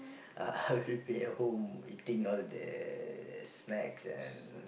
I'll be at home eating all the snacks and